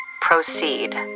proceed